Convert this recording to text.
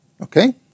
Okay